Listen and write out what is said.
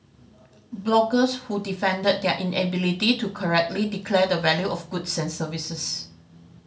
bloggers who defended their inability to correctly declare the value of goods and services